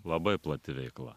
labai plati veikla